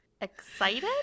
excited